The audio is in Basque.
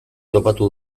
topatu